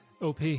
OP